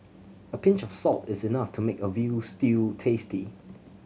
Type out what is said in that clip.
a pinch of salt is enough to make a veal stew tasty